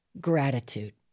gratitude